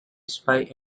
spy